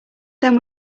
then